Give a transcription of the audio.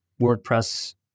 WordPress